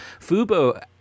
fubo